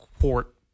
court